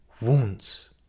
wounds